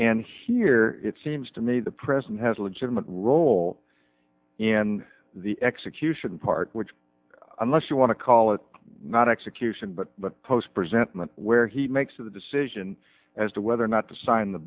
and here it seems to me the president has a legitimate role in the execution part which unless you want to call it not execution but post present in the where he makes the decision as to whether or not to sign the